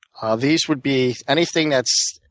ah these would be anything that's